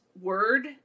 word